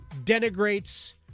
denigrates